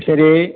சரி